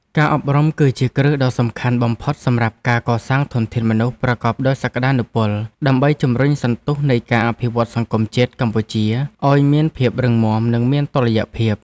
ការអប់រំគឺជាគ្រឹះដ៏សំខាន់បំផុតសម្រាប់ការកសាងធនធានមនុស្សប្រកបដោយសក្ដានុពល ដើម្បីជំរុញសន្ទុះនៃការអភិវឌ្ឍសង្គមជាតិកម្ពុជាឱ្យមានភាពរឹងមាំនិងមានតុល្យភាព។